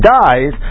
dies